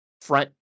front